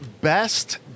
best